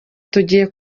tugiye